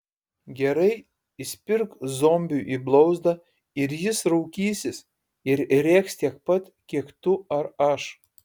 gerai įspirk zombiui į blauzdą ir jis raukysis ir rėks tiek pat kiek tu ar aš